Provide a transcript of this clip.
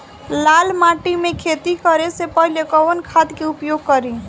लाल माटी में खेती करे से पहिले कवन खाद के उपयोग करीं?